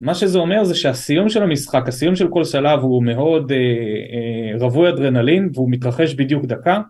מה שזה אומר זה שהסיום של המשחק, הסיום של כל שלב הוא מאוד רבוי אדרנלין והוא מתרחש בדיוק דקה.